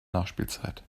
nachspielzeit